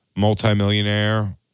Multi-millionaire